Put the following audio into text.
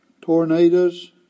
tornadoes